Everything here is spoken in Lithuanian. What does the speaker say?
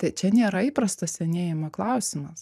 tai čia nėra įprastas senėjimo klausimas